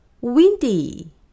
Windy